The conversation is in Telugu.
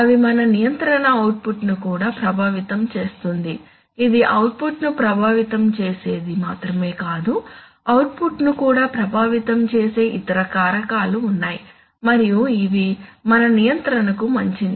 అవి మన నియంత్రణ అవుట్పుట్ను కూడా ప్రభావితం చేస్తుంది ఇది అవుట్పుట్ను ప్రభావితం చేసేది మాత్రమే కాదు అవుట్పుట్ను కూడా ప్రభావితం చేసే ఇతర కారకాలు ఉన్నాయి మరియు ఇవి మన నియంత్రణకు మించినవి